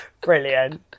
Brilliant